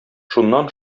шуннан